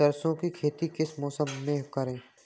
सरसों की खेती किस मौसम में करें?